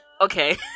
Okay